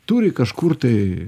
turi kažkur tai